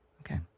Okay